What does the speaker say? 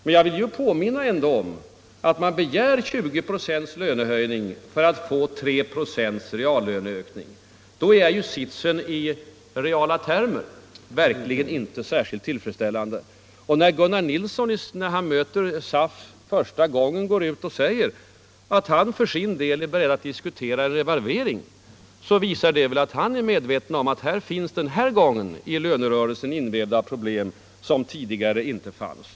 Men jag vill påminna om att när man begär 20 procents lönehöjning för att få 3 procents reallöneökning, då är sitsen i reala termer verkligen inte särskilt tillfredsställande. När Gunnar Nilsson, när han möter SAF första gången, går ut och säger att han för sin del är beredd att diskutera revalvering visar det att han är medveten om att det den här gången finns i lönerörelsen invävda problem som tidigare inte funnits.